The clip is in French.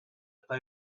pas